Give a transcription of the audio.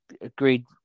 agreed